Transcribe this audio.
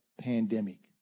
pandemic